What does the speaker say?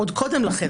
עוד קודם לכן,